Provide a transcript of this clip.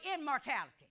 immortality